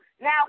Now